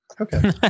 Okay